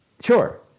Sure